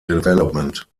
development